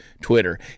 Twitter